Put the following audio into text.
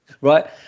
right